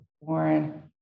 Warren